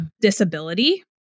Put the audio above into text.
disability